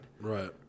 Right